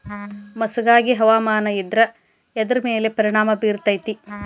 ಮಸಕಾಗಿ ಹವಾಮಾನ ಇದ್ರ ಎದ್ರ ಮೇಲೆ ಪರಿಣಾಮ ಬಿರತೇತಿ?